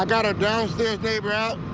i got our downstairs neighbor out,